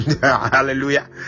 Hallelujah